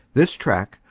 this track,